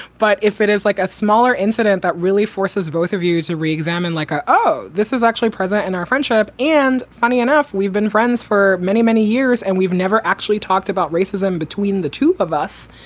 but if it is like a smaller incident that really forces both of you to re-examine, like, oh, this is actually present in our friendship. and funny enough, we've been friends for many, many years and we've never actually talked about racism between the two of us.